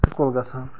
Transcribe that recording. school گژھان